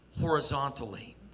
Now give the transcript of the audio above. horizontally